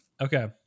okay